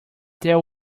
there